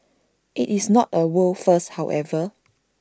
IT is not A world first however